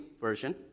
Version